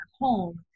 home